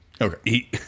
Okay